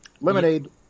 Lemonade